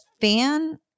fan